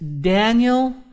Daniel